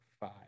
five